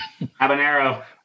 habanero